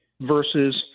versus